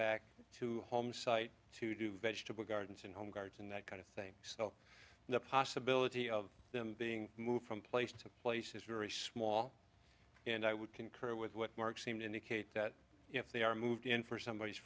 back to home site to do vegetable gardens and home guards and that kind of thing sell the possibility of them being moved from place to place is very small and i would concur with what mark seem to indicate that if they are moved in for somebody